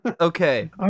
Okay